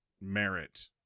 merit